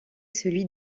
celui